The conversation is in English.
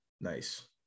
Nice